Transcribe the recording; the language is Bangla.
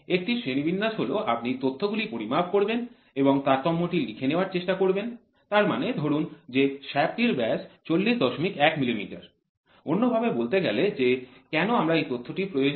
একটি শ্রেণিবিন্যাস হল আপনি তথ্যগুলি পরিমাপ করবেন এবং তারতম্যটি লিখে নেওয়ার চেষ্টা করবেন তার মানে ধরুন যে শ্যাফ্ট টির ব্যাস ৪০১ মিলিমিটার অন্যভাবে বলতে গেলে যে কেন আমার এই তথ্যটি প্রয়োজন